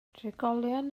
trigolion